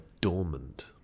dormant